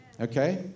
Okay